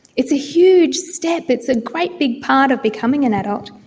it's a huge step, it's a great big part of becoming an adult.